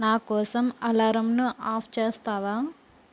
నా కోసం అలారంను ఆఫ్ చేస్తావా